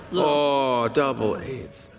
oh, double eights!